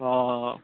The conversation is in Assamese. অ